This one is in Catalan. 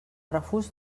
refús